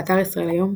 באתר ישראל היום,